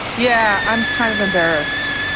yeah. i'm kind of embarrassed.